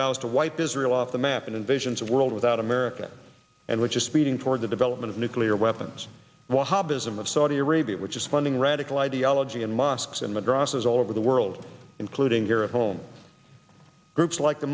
vows to wipe israel off the map and invasions of world without america and which is speeding toward the development of nuclear weapons what does i'm of saudi arabia which is funding radical ideology in mosques and madrassas all over the world including here at home groups like the